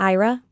Ira